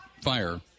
fire